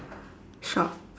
shop